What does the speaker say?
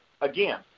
again